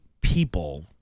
people